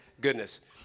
goodness